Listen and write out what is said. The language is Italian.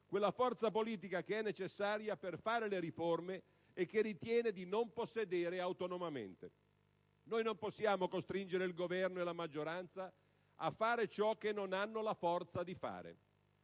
quella forza politica che è necessaria per fare le riforme e che ritiene di non possedere autonomamente. Noi non possiamo costringere il Governo e la maggioranza a fare ciò che non hanno la forza di fare.